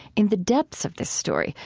in the depths of this story,